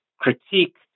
critique